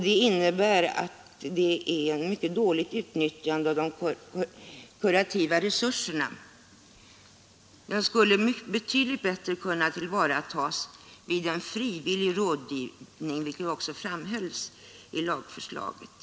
Det innebär att de kurativa resurserna utnyttjas mycket dåligt. De skulle kunna tillvaratas betydligt bättre vid en frivillig rådgivning, vilket också framhölls i samband med lagförslaget.